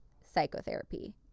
psychotherapy